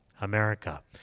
America